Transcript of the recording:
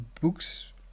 books